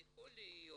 אז יכול להיות,